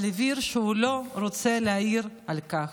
אבל הבהיר שהוא לא רוצה להעיר על כך,